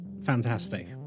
fantastic